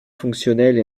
fonctionnelle